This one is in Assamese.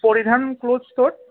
পৰিধান ক্লথ ষ্ট'ৰ